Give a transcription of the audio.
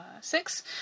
six